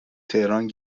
تهران